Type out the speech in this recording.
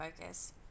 focus